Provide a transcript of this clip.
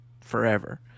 forever